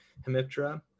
hemiptera